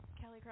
Kelly